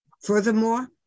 Furthermore